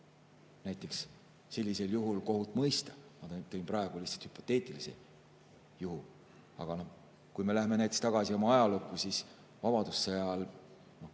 sellisel juhul kohut mõista. Ma tõin praegu lihtsalt hüpoteetilise juhu. Aga kui me läheme tagasi oma ajalukku, siis vabadussõja